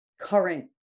current